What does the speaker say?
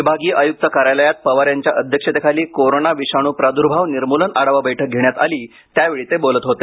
विभागीय आयुक्त कार्यालयात पवार यांच्या अध्यक्षतेखाली कोरोना विषाणू प्राद्भाव निर्मूलन आढावा बैठक घेण्यात आली त्यावेळी ते बोलत होते